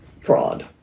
fraud